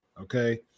Okay